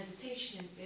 meditation